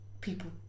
people